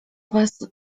was